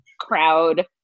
crowd